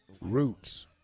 Roots